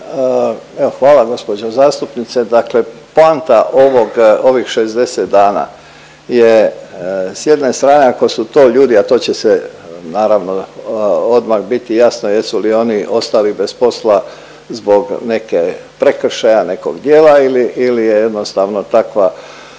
Hvala gospođo zastupnice, dakle poanta ovog ovih 60 dana je s jedne strane ako su to ljudi, a to će naravno odmah biti jasno jesu li oni ostali bez posla zbog neke prekršaja nekog djela ili je jednostavno takva,